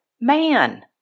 man